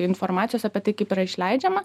informacijos apie tai kaip yra išleidžiama